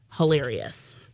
Hilarious